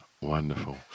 Wonderful